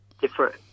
different